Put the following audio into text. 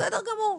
בסדר גמור.